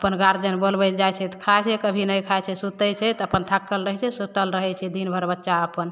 अपन गार्जिअन बोलबै ले जाइ छै तऽ खाइ छै कभी नहि खाइ छै सुतै छै तऽ अपन थाकल रहै छै सुतल रहै छै दिनभरि बच्चा अपन